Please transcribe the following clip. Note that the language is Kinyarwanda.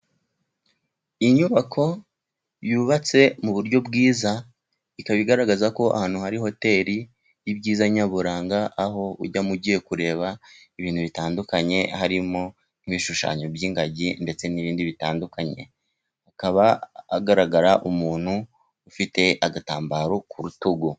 Inyubako yubatse mu buryo bwiza, ikaba igaragaza ko ahantu hari hoteli, yibyiza nyaburanga aho ujya ugiye kureba ibintu bitandukanye, harimo n'ibishushanyo by'ingagi ndetse n'ibindi bitandukanye, hakaba hagaragara umuntu, ufite agatambaro ku rutugu.